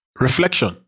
Reflection